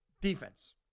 Defense